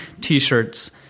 t-shirts